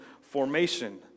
formation